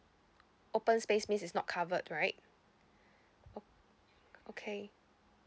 open space means is not covered right o~ okay